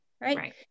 right